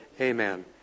Amen